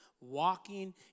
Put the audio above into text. walking